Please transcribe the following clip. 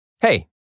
Hey